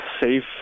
safe